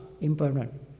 impermanent